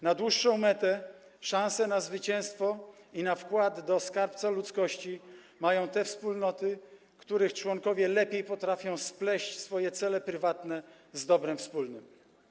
Na dłuższą metę szanse na zwycięstwo i na wkład do skarbca ludzkości mają te wspólnoty, których członkowie lepiej potrafią spleść swoje cele prywatne z dobrem wspólnym.